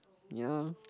ya